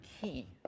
key